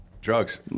drugs